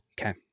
Okay